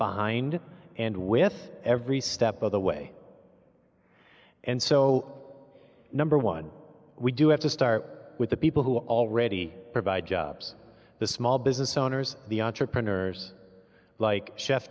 behind and with every step of the way and so number one we do have to start with the people who already provide jobs the small business owners the entrepreneurs like chef